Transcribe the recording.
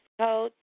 code